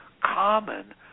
common